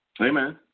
Amen